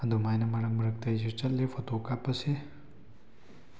ꯑꯗꯨꯃꯥꯏꯅ ꯃꯔꯛ ꯃꯔꯛꯇ ꯑꯩꯁꯨ ꯆꯠꯂꯤ ꯐꯣꯇꯣ ꯀꯥꯞꯄꯁꯦ